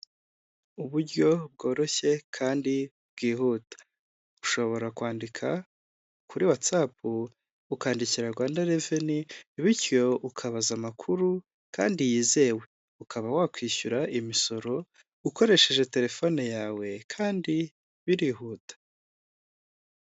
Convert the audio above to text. Uburyo bworoshye kandi bwihuta, ushobora kwandika kuri watsapu, ukandikira Rwanda reveni, bityo ukabaza amakuru kandi yizewe, ukaba wakwishyura imisoro ukoresheje telefone yawe kandi birihuta.